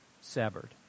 severed